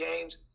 games